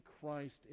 Christ